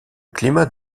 climat